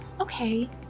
okay